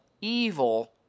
evil